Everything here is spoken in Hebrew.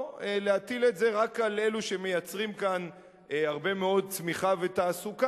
או להטיל את זה רק על אלה שמייצרים כאן הרבה מאוד צמיחה ותעסוקה,